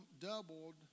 doubled